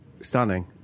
stunning